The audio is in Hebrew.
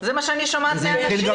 זה מה שאני שומעת מאנשים.